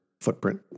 footprint